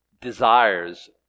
desires